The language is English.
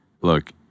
look